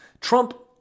Trump